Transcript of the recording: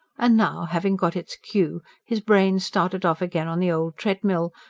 and now, having got its cue, his brain started off again on the old treadmill,